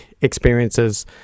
experiences